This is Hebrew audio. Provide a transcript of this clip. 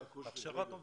הכשרת עובדים.